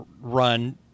run